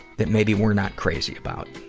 that maybe we're not crazy about.